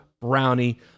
brownie